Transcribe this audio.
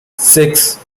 six